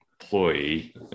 employee